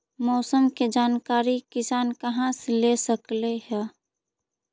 मौसम के जानकारी किसान कहा से ले सकै है?